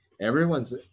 Everyone's